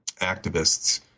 activists